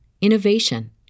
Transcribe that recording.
innovation